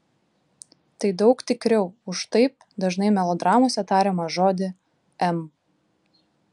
tai daug tikriau už taip dažnai melodramose tariamą žodį m